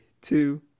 two